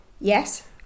Yes